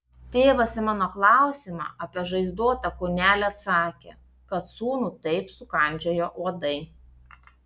tėvas į mano klausimą apie žaizdotą kūnelį atsakė kad sūnų taip sukandžioję uodai